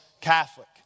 Catholic